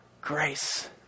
grace